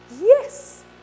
Yes